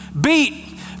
beat